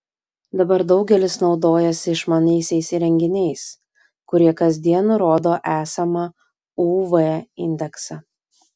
dabar daugelis naudojasi išmaniaisiais įrenginiais kurie kasdien nurodo esamą uv indeksą